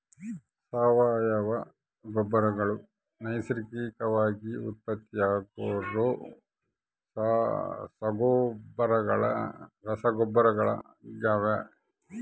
ಸಾವಯವ ಗೊಬ್ಬರಗಳು ನೈಸರ್ಗಿಕವಾಗಿ ಉತ್ಪತ್ತಿಯಾಗೋ ರಸಗೊಬ್ಬರಗಳಾಗ್ಯವ